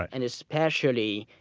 and especially,